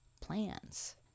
plans